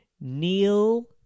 Neil